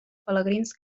pelegrins